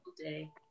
day